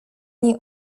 nie